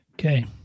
Okay